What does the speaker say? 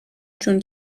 چون